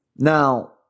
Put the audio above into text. Now